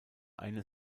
eine